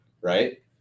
right